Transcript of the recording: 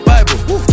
Bible